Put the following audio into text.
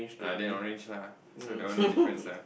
uh then orange lah so that one no different ah